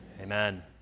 Amen